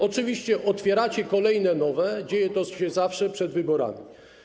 Oczywiście otwieracie kolejne nowe, dzieje się to zawsze przed wyborami.